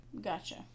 Gotcha